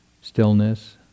stillness